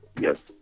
Yes